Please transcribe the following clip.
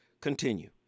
continue